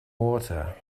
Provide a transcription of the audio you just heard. water